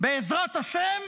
בעזרת השם